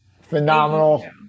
Phenomenal